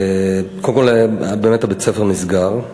קודם כול, בית-הספר נסגר.